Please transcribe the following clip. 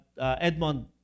Edmond